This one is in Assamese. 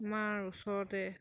আমাৰ ওচৰতে